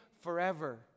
forever